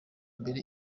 mbere